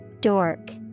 Dork